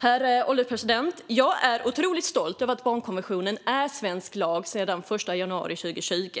Herr ålderspresident! Jag är otroligt stolt över att barnkonventionen är svensk lag sedan den 1 januari 2020.